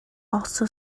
also